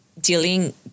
dealing